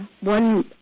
One